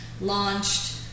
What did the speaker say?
launched